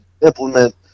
implement